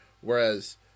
Whereas